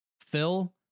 Phil